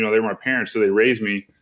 yeah they're my parents so they raised me.